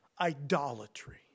idolatry